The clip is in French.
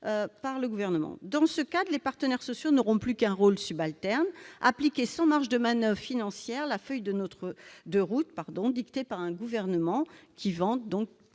paroles ! Dans ce cadre, les partenaires sociaux n'auront plus qu'un rôle subalterne : appliquer sans marges de manoeuvre financières la feuille de route dictée par un gouvernement qui vante